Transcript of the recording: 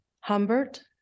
Humbert